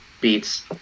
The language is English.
beats